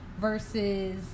versus